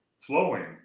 flowing